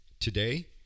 Today